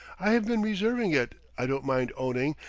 i have been reserving it, i don't mind owning,